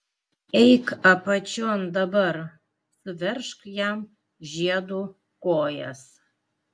eik apačion dabar suveržk jam žiedu kojas